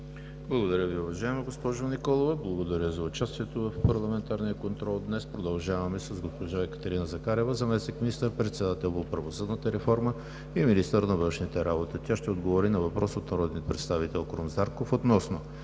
Благодаря Ви, уважаема госпожо Николова. Благодаря за участието в парламентарния контрол днес. Продължаваме с госпожа Екатерина Захариева – заместник министър-председател по правосъдната реформа и министър на външните работи. Тя ще отговори на въпрос от народния представител Крум Зарков относно